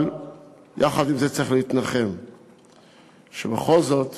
אבל יחד עם זאת צריך להתנחם בכך שבכל זאת